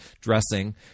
dressing